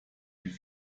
die